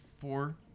four